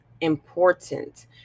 important